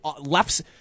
lefts